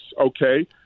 okay